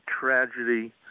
tragedy